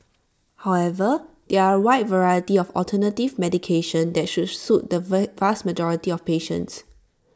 however there are A wide variety of alternative medication that should suit the vast majority of patients